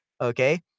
Okay